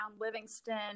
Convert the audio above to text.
Livingston